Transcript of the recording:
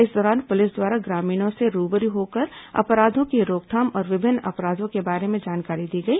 इस दौरान पुलिस द्वारा ग्रामीणों से रूबरू होकर अपराधों की रोकथाम और विभिन्न अपराधों के बारे में जानकारी दी गई